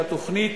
שהתוכנית,